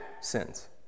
sins